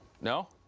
no